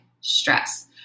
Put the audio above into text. stress